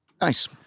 Nice